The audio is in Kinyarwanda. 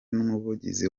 n’umuvugizi